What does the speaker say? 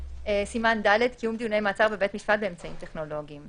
"סימן ד': קיום דיוני מעצר בבתי משפט באמצעים טכנולוגיים